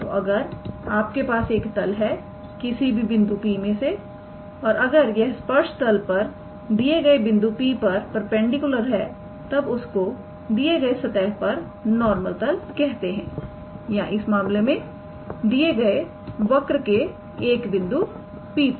तो गर आपके पास एक तल है किसी बिंदु P मे से और अगर यह स्पर्श तल पर दिए गए बिंदु P पर परपेंडिकुलर है तब उसको दिए गए सतह पर नॉर्मल तल कहते हैं या इस मामले में दिए गए वक्र के एक बिंदु P पर